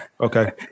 Okay